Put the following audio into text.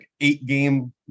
eight-game